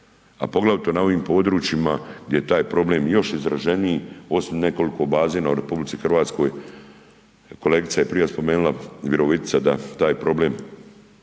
a poglavito na ovim područjima gdje je taj problem još izraženiji osim nekoliko bazena u RH, kolegica je prije spomenula Virovitica da taj problem